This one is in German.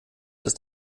ist